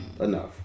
enough